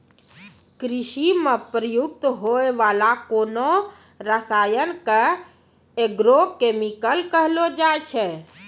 कृषि म प्रयुक्त होय वाला कोनो रसायन क एग्रो केमिकल कहलो जाय छै